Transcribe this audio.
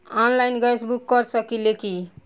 Online gas book कर सकिले की?